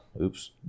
oops